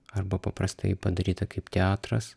arba paprastai padaryta kaip teatras